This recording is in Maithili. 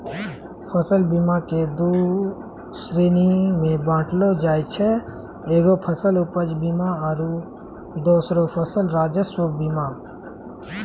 फसल बीमा के दु श्रेणी मे बाँटलो जाय छै एगो फसल उपज बीमा आरु दोसरो फसल राजस्व बीमा